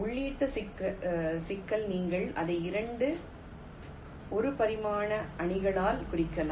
உள்ளீட்டு சிக்கல் நீங்கள் அதை 2 ஒரு பரிமாண அணிகளால் குறிக்கலாம்